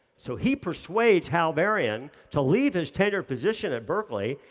so he persuades hal varian to leave his tenured position at berkeley,